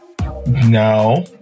no